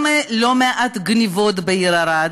גם לא מעט גנבות בעיר ערד,